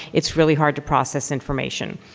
it's really hard to process information.